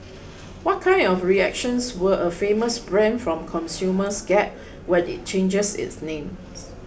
what kind of reactions will a famous brand from consumers get when it changes its name